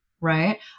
right